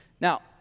Now